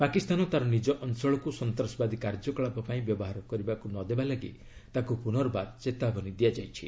ପାକିସ୍ତାନ ତା'ର ନିଜ ଅଞ୍ଚଳକୁ ସନ୍ତାସବାଦୀ କାର୍ଯ୍ୟକଳାପପାଇଁ ବ୍ୟବହାର କରିବାକୁ ନ ଦେବାଲାଗି ତାକୁ ପୁନର୍ବାର ଚେତାବନୀ ଦିଆଯାଇଛି